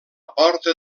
porta